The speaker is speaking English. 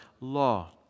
law